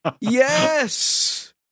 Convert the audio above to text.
Yes